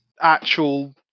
actual